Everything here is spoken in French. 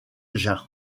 jin